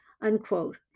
unquote